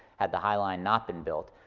had the high line not been built.